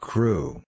Crew